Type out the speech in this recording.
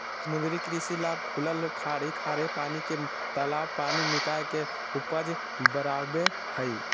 समुद्री कृषि लाभ खुलल खाड़ी खारे पानी के तालाब पानी निकाय के उपज बराबे हइ